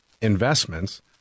investments